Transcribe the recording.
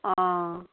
অঁ